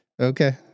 Okay